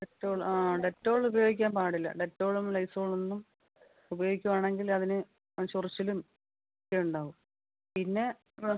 Dettol ആ ഡെറ്റോളുപയോഗിക്കാൻ പാടില്ല ഡെറ്റോളും ലൈസോളൊന്നും ഉപയോഗിക്കുവാണെങ്കിൽ അതിന് ചൊറിച്ചിലും ഒക്കെ ഉണ്ടാവും പിന്നെ ആ